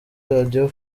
radio